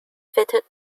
fitted